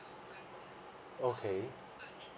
okay